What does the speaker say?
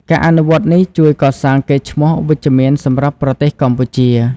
ការអនុវត្តនេះជួយកសាងកេរ្តិ៍ឈ្មោះវិជ្ជមានសម្រាប់ប្រទេសកម្ពុជា។